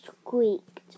squeaked